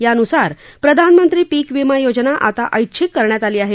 यान्सार प्रधानमंत्री पीक वीमा योजना आता ऐच्छिक करण्यात आली आहे